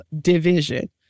division